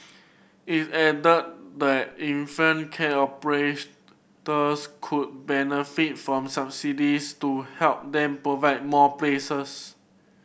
it added that infant care operators could benefit from subsidies to help them provide more places